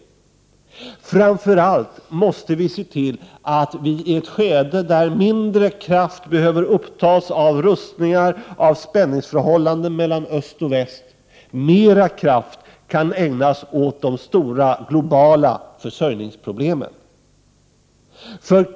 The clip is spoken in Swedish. Vi måste framför allt se till att, i ett skede där mindre kraft behöver upptas av rustningar och spänningsförhållande mellan öst och väst, mera kraft kan ägnas åt det stora globala försörjningsproblemet.